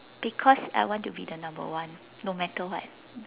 because I want to be the number one no matter what